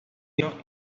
giro